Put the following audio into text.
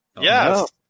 Yes